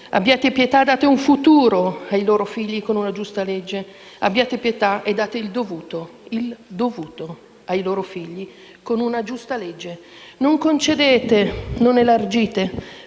Abbiate pietà e date un futuro ai loro figli con una giusta legge. Abbiate pietà e date il dovuto ai loro figli con una giusta legge. Non concedete, non elargite,